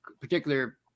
particular